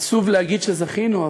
עצוב להגיד שזכינו,